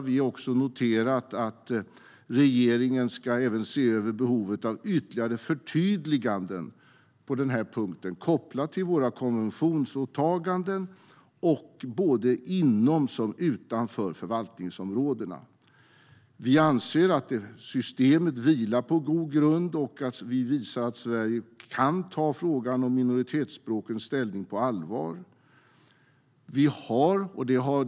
Vi har också noterat att regeringen även ska se över behovet av ytterligare förtydliganden på den här punkten, kopplat till våra konventionsåtaganden både inom och utanför förvaltningsområdena. Vi anser att systemet vilar på god grund och att vi visar att Sverige tar frågan om minoritetsspråkens ställning på allvar.